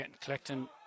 collecting